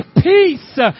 peace